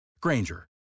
Granger